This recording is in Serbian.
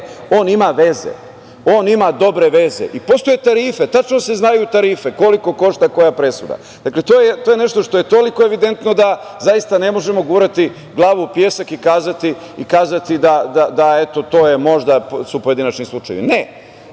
on ima veze, on ima dobre veze i postoje tarife. Tačno se znaju tarife koliko košta koja presuda. Dakle, to je nešto što je toliko evidentno da zaista ne možemo gurati glavu u pesak i kazati da su to možda pojedinačni slučajevi. Ne,